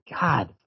God